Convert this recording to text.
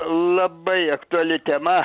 labai aktuali tema